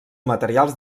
materials